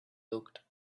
looked